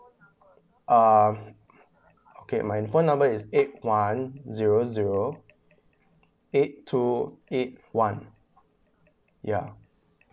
um okay my number is eight one zero zero eight two eight one ya